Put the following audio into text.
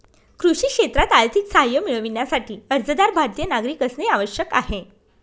कृषी क्षेत्रात आर्थिक सहाय्य मिळविण्यासाठी, अर्जदार भारतीय नागरिक असणे आवश्यक आहे